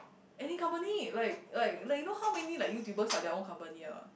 any company like like like you know how many like YouTuber start their own company a not